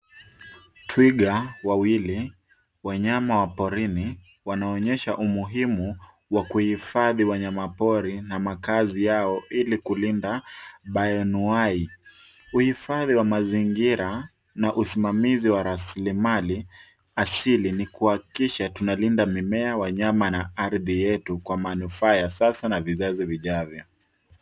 Twiga wawili, wanyama wa porini wanaonyesha umuhimu kwa kuhifadhi wanyamapori na makazi yao ili kulinda bayonwai. Uhifadhi wa mazingira na usimamizi wa raslimali asili ni kuhakikisha tunalinda mimea, wanyama na ardhi yetu kwa manufaa ya sasa na vizazi vijavyo.